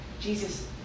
Jesus